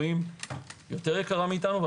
יותר יקרה מאתנו.